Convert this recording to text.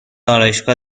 آرایشگاه